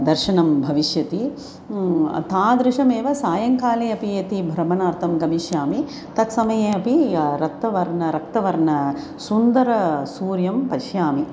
दर्शनं भविष्यति तादृशमेव सायङ्काले अपि यदि भ्रमणार्थं गमिष्यामि तत् समये अपि रक्तवर्णं रक्तवर्णं सुन्दरं सूर्यं पश्यामि